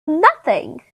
nothing